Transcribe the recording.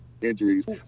injuries